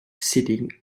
sitting